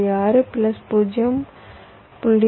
6 plus 0